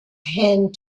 hand